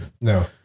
No